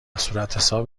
صورتحساب